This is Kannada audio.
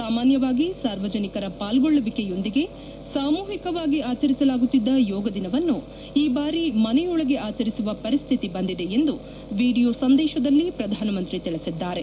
ಸಾಮಾನ್ಯವಾಗಿ ಸಾರ್ವಜನಿಕರ ಪಾಲ್ಗೊಳ್ಳುವಿಕೆಯೊಂದಿಗೆ ಸಾಮೂಹಿಕವಾಗಿ ಆಚರಿಸಲಾಗುತ್ತಿದ್ದ ಯೋಗದಿನವನ್ನು ಈ ಬಾರಿ ಮನೆಯೊಳಗೆ ಆಚರಿಸುವ ಪರಿಸ್ಟಿತಿ ಬಂದಿದೆ ಎಂದು ವಿಡಿಯೋ ಸಂದೇಶದಲ್ಲಿ ಪ್ರಧಾನಮಂತ್ರಿ ತಿಳಿಸಿದ್ದಾರೆ